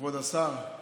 כבוד השר,